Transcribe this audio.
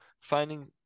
finding